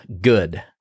good